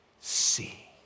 see